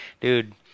dude